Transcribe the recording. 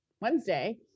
Wednesday